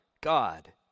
God